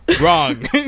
Wrong